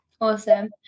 Awesome